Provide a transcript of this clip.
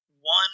one